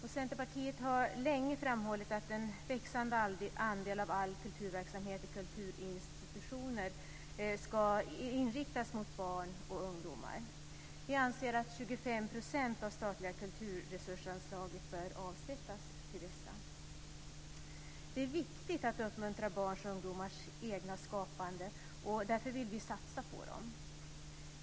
Centerpartiet har länge framhållit att en växande andel av all kulturverksamhet i kulturinstitutioner ska inriktas mot barn och ungdomar. Vi anser att 25 % av de statliga kulturresursanslaget bör avsättas till dessa. Det är viktigt att uppmuntra barns och ungdomars egna skapande, och därför vill vi satsa på dem.